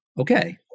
Okay